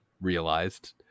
realized